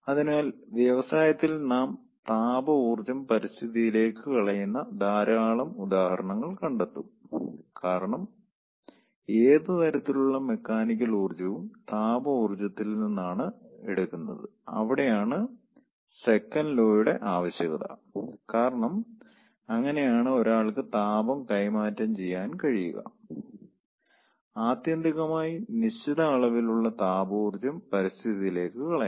അതിനാൽ വ്യവസായത്തിൽ നാം താപ ഊർജ്ജം പരിസ്ഥിതിയിലേക്ക് കളയുന്ന ധാരാളം ഉദാഹരണങ്ങൾ കണ്ടെത്തും കാരണം ഏത് തരത്തിലുള്ള മെക്കാനിക്കൽ ഊർജവും താപ ഊർജത്തിൽനിന്ന് ആണ് എടുക്കുന്നത് അവിടെയാണ് സെക്കൻ്റ് ലോയുടെ ആവശ്യകത കാരണം അങ്ങനെയാണ് ഒരാൾക്ക് താപം കൈമാറ്റം ചെയ്യാൻ കഴിയുക ആത്യന്തികമായി നിശ്ചിത അളവിലുള്ള താപ ഊർജ്ജം പരിസ്ഥിതിയിലേക്ക് കളയണം